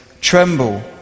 Tremble